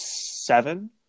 seven